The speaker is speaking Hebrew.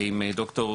ויש גם את דוקטור